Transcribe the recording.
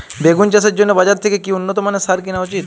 বেগুন চাষের জন্য বাজার থেকে কি উন্নত মানের সার কিনা উচিৎ?